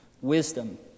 wisdom